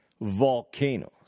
volcanoes